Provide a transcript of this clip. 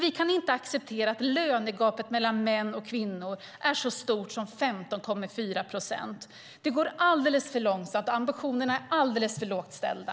Vi kan inte acceptera att lönegapet mellan män och kvinnor är så stort som 15,4 procent. Det går alldeles för långsamt, och ambitionerna är alldeles för lågt ställda.